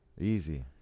Easy